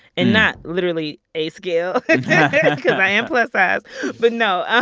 and not literally a scale because i am plus-size but no, ah